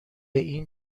این